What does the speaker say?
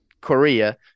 Korea